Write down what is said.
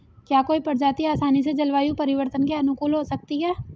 क्या कोई प्रजाति आसानी से जलवायु परिवर्तन के अनुकूल हो सकती है?